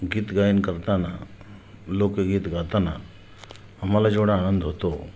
गीतगायन करताना लोकगीत गाताना आम्हाला जेवढा आनंद होतो